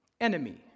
enemy